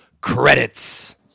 credits